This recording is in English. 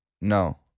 no